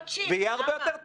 ויהיה הרבה יותר טוב.